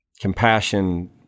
compassion